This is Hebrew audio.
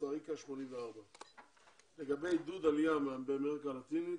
קוסטריקה 84. לגבי עידוד עלייה מאמריקה הלטינית